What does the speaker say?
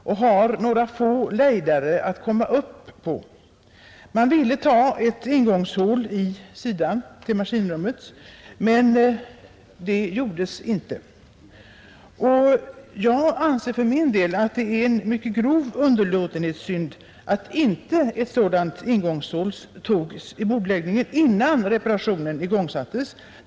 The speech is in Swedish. Det hade föreslagits att ingångshål i bordläggningen skulle tas upp i sidan till maskinrummet, men det tilläts inte. Jag anser för min del att det är en mycket grov underlåtenhetssynd att ett sådant ingångshål inte togs upp i bordläggningen innan reparationen påbörjades.